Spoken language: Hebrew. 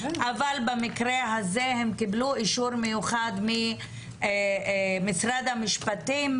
אבל במקרה הזה הם קיבלו אישור מיוחד ממשרד המשפטים